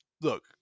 look